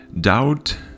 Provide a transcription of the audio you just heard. doubt